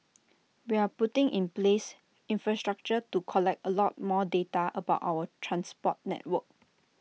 we are putting in place infrastructure to collect A lot more data about our transport network